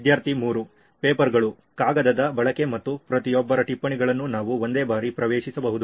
ವಿದ್ಯಾರ್ಥಿ 3 ಪೇಪರ್ಗಳು ಕಾಗದದ ಬಳಕೆ ಮತ್ತು ಪ್ರತಿಯೊಬ್ಬರ ಟಿಪ್ಪಣಿಗಳನ್ನು ನಾವು ಒಂದೇ ಬಾರಿ ಪ್ರವೇಶಿಸಬಹುದು